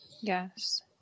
Yes